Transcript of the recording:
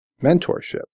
mentorship